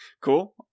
Cool